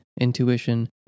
intuition